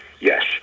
yes